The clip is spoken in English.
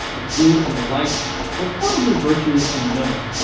the flu and the like were probably virtually unknown.